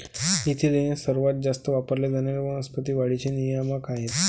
ethylene हे सर्वात जास्त वापरले जाणारे वनस्पती वाढीचे नियामक आहे